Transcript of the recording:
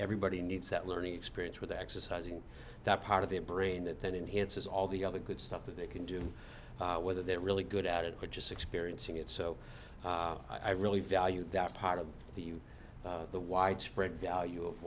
everybody needs that learning experience with exercising that part of their brain that then enhances all the other good stuff that they can do whether they're really good at it or just experiencing it so i really value that part of the you the widespread value of